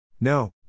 No